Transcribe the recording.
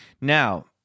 Now